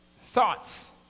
thoughts